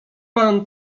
pan